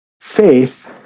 faith